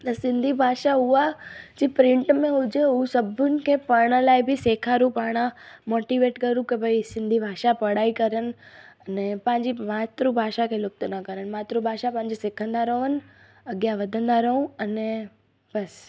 त सिंधी भाषा उहा जे प्रिंट में हुजे उहा सभिनी खे पढ़ण लाइ बि सेखारूं पाणि मोटिवेट करूं की भई सिंधी भाषा पढ़ाई करनि अने पंहिंजी मातृ भाषा खे लुप्त न करनि मातृ भाषा पंहिंजी सिखंदा रहनि अॻियां वधंदा रहूं अने बसि